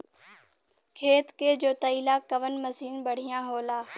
खेत के जोतईला कवन मसीन बढ़ियां होला?